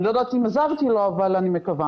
אני לא יודעת אם עזרתי לו, אבל אני מקווה.